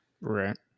Right